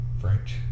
French